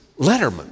Letterman